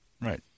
Right